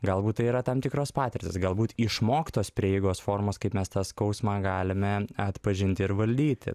galbūt tai yra tam tikros patirtys galbūt išmoktos prieigos formos kaip mes tą skausmą galime atpažinti ir valdyti